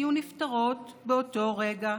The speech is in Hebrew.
היו נפתרות באותו רגע.